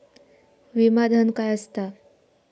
विमा धन काय असता?